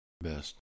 best